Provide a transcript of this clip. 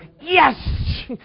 Yes